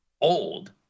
old